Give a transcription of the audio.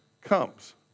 comes